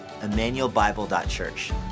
emmanuelbible.church